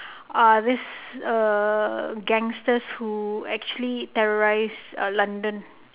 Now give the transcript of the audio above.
uh this err gangsters who actually terrorize uh london